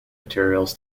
materials